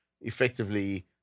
effectively